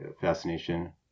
fascination